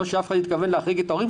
לא שאף אחד התכוון להחריג את ההורים,